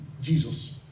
Jesus